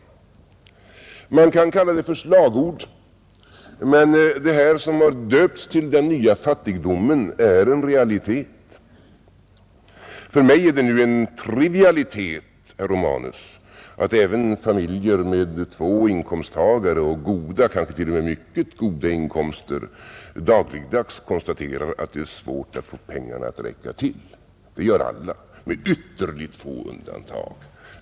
Man kan kalla det för slagord, men det som har döpts till den nya fattigdomen är en realitet. För mig är det en trivialitet, herr Romanus, att även familjer med två inkomsttagare och goda, kanske till och med mycket goda, inkomster dagligdags konstaterar att det är svårt att få pengarna att räcka till. Det gör alla med ytterligt få undantag.